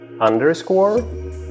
underscore